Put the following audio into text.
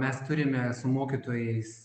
mes turime su mokytojais